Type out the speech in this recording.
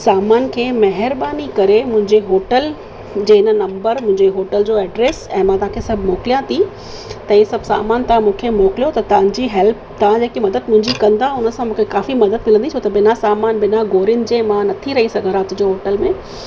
सामान खे महिरबानी करे मुंहिंंजे होटल जे हिन नंबर मुंहिंजे होटल जो एड्रेस ऐं मां तव्हांखे सभु मोकिलियां थी त इहे सभु सामान तव्हां मूंखे मोकिलियो त तव्हांजी हैल्प तव्हां जेकी मदद मुंहिंजी कंदा हुन सां मूंखे काफ़ी मदद मिलंदी छो त बिना सामान बिना गोरियुनि जे मां नथी रही सघां राति जो होटल में